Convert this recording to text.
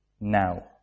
now